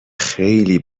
خیلی